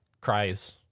cries